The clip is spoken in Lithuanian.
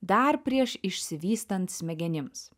dar prieš išsivystant smegenims